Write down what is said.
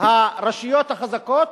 הרשויות החזקות